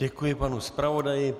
Děkuji panu zpravodaji.